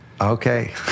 Okay